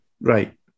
right